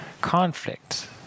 conflict